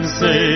say